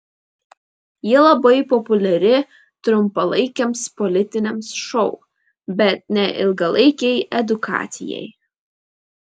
ji labai populiari trumpalaikiams politiniams šou bet ne ilgalaikei edukacijai